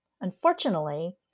Unfortunately